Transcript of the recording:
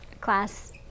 class